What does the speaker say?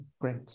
great